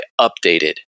updated